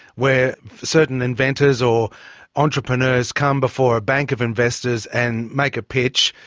where certain inventors or entrepreneurs come before a bank of investors and make a pitch,